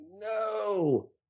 no